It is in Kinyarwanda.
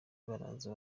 baraza